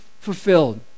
fulfilled